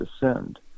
descend